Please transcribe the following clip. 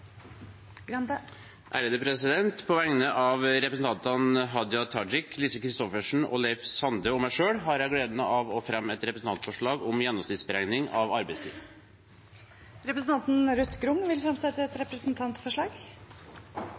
På vegne av representantene Hadia Tajik, Lise Christoffersen, Leif Sande og meg selv har jeg gleden av å fremme et representantforslag om gjennomsnittsberegning av arbeidstid. Representanten Ruth Grung vil fremsette et representantforslag.